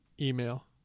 email